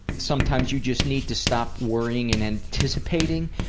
sometimes you just need to stop worrying and anticipating?